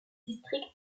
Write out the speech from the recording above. district